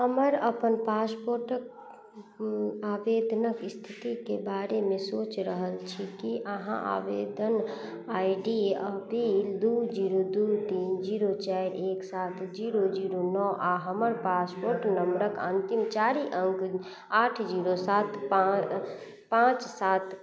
हमर अपन पासपोर्टके आवेदनके इस्थितिके बारेमे सोचि रहल छी कि अहाँ आवेदन I D A P L दुइ जीरो दुइ तीन जीरो चारि एक सात जीरो जीरो नओ आओर हमर पासपोर्ट नम्बरके अन्तिम चारि अङ्क आठ जीरो सात पाँच सात